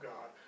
God